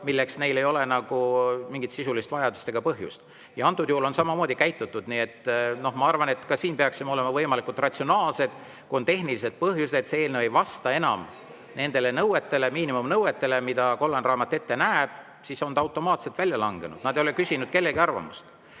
milleks ei ole mingit sisulist vajadust ega põhjust. Ja antud juhul on samamoodi käitutud. Ma arvan, et ka siin peaksime olema võimalikult ratsionaalsed. Kui on tehnilised põhjused, et eelnõu ei vasta enam nendele (Saalis räägitakse.) miinimumnõuetele, mida kollane raamat ette näeb, siis on ta automaatselt välja langenud. Nad ei ole küsinud kellegi arvamust.